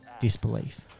disbelief